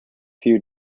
few